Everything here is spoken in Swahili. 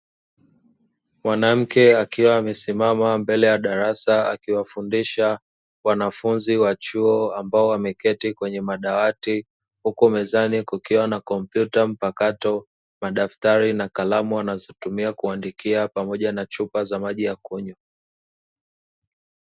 Mwanamke akiwa amesimama mbele ya darasa akiwafundisha wanafunzi wa chuo ambao wameketi kwenye madawati. Huku mezani kukiwa na kompyuta mpakato, madaftari na kalamu wanazotumia kuandikia, pamoja na chupa za maji ya kunywa.